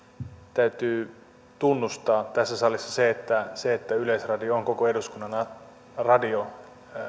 täytyy tunnustaa tässä salissa se että se että yleisradio on koko eduskunnan radio